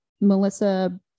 melissa